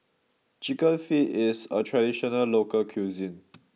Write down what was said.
Chicken Feet is a traditional local cuisine